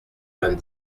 vingt